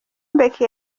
mbeki